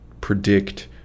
predict